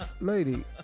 lady